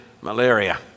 malaria